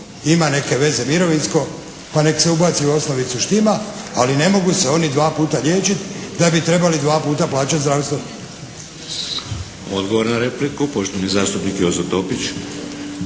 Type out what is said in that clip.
Odgovor na repliku poštovani zastupnik Jozo Topić.